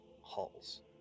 halls